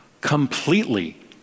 completely